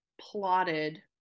plotted